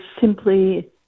simply